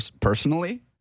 personally